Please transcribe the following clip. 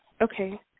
Okay